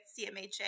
CMHA